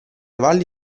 valli